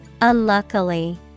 Unluckily